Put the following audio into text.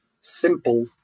simple